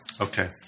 Okay